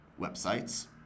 websites